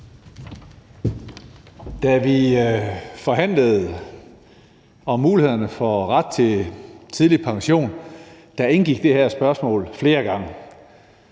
Da vi forhandlede om mulighederne for ret til tidlig pension, indgik det her spørgsmål flere gange.